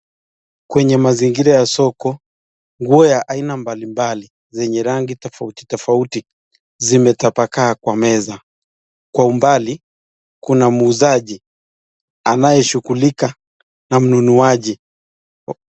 Kwenye mazingira ya soko, nguo ya aina mbalimbali zenye rangi tofautitofauti zimetapakaa kwa meza. Kwa umbali kuna muuzaji anayeshughulika na mnunuaji.